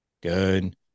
Good